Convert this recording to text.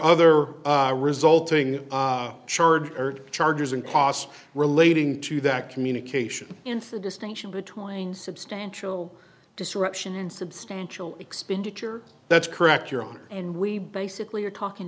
other resulting charge or charges and costs relating to that communication and for distinction between substantial disruption and substantial expenditure that's correct your honor and we basically are talking